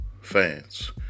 fans